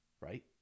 Right